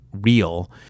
real